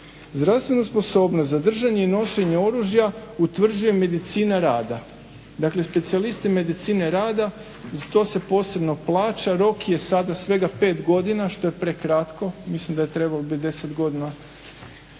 Zdravstvenu sposobnost za držanje i nošenje oružja utvrđuje medicina rada, dakle specijalisti medicine rada. To se posebno plaća, rok je sada svega pet godina što je prekratko, mislim da je trebao biti deset godina.